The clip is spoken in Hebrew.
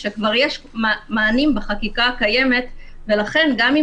שכבר יש מענים בחקיקה הקיימת ולכן גם אם